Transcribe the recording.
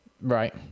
Right